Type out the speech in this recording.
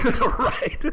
right